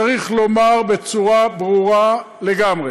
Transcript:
צריך לומר בצורה ברורה לגמרי: